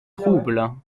troubles